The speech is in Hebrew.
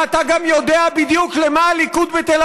ואתה גם יודע בדיוק למה הליכוד בתל